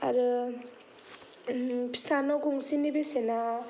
आरो फिसा न' गंसेनि बेसेना